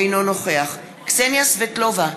אינו נוכח קסניה סבטלובה,